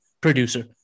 producer